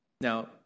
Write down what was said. Now